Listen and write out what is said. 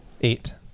Eight